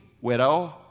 widow